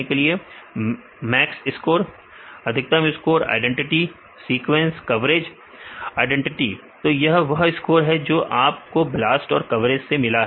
विद्यार्थी max score सही है अधिकतम स्कोर आईडेंटिटी विद्यार्थी सीक्वेंस कवरेज सही है आईडेंटिटी तो यह वह स्कोर है जो आप को BLAST और कवरेज से मिला है